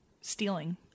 Stealing